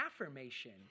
affirmation